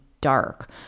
dark